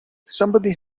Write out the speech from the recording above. somebody